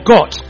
God